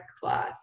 cloth